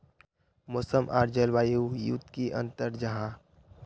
मौसम आर जलवायु युत की अंतर जाहा?